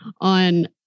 on